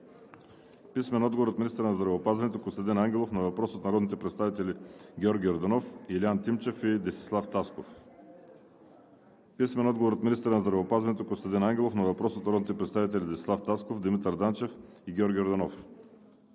Гьоков; - министъра на здравеопазването Костадин Ангелов на въпрос от народните представители Георги Йорданов, Илиян Тимчев и Десислав Тасков; - министъра на здравеопазването Костадин Ангелов на въпрос от народните представители Десислав Тасков, Димитър Данчев и Георги Йорданов;